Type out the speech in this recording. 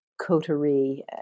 coterie